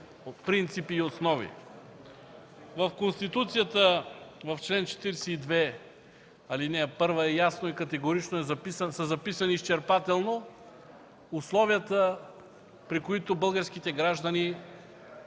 принципи и основи? В Конституцията в чл. 42, ал. 1 ясно и категорично са записани изчерпателно условията, при който българските граждани